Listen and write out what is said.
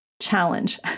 challenge